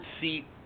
seat